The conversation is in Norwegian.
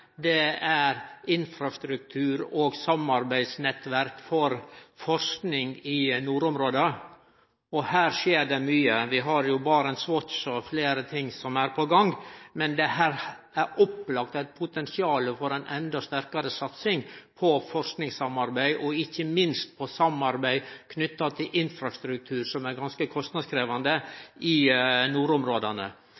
med, er infrastruktur og samarbeidsnettverk for forsking i nordområda. Her skjer det mykje – vi har BarentsWatch og fleire ting som er på gang – men dette er opplagt eit potensial for ei endå sterkare satsing på forskingssamarbeid og ikkje minst på samarbeid knytt til infrastruktur, som er ganske kostnadskrevjande